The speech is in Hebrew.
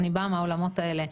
אני באה מהעולמות האלה,